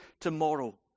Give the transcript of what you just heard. tomorrow